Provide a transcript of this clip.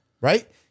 Right